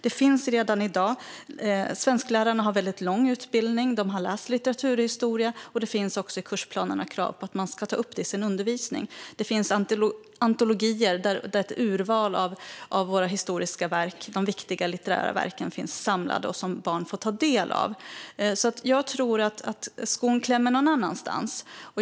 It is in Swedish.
Det finns kunskap redan i dag. Svensklärarna har lång utbildning. De har läst litteraturhistoria, och det finns också krav i kursplanerna på att man ska ta upp det i sin undervisning. Det finns antologier med ett urval av våra viktiga historiska litterära verk. De finns samlade där, och barnen får ta del av dem. Jag tror att skon klämmer någon annanstans.